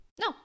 No